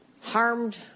harmed